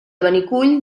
benicull